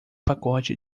pacote